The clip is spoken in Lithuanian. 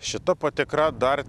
šita patikra dar